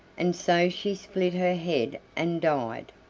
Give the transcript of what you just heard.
and so she split her head and died.